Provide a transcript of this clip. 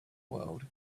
world